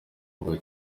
ngo